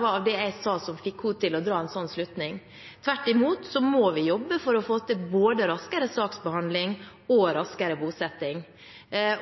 var av det jeg sa, som fikk henne til å dra en slik slutning. Tvert imot må vi jobbe for både å få til raskere saksbehandling og raskere bosetting,